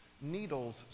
Needles